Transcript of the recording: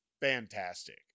fantastic